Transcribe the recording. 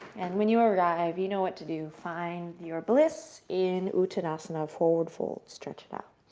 and when you arrive, you know what to do. find your bliss in uttanasana, forward fold. stretch it out.